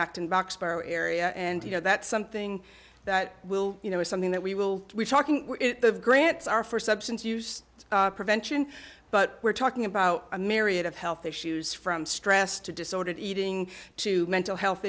roxbury area and you know that's something that will you know is something that we will be talking of grants are for substance use prevention but we're talking about a myriad of health issues from stress to disordered eating to mental health